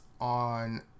on